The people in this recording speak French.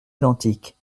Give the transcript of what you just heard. identiques